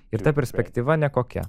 ir ta perspektyva nekokia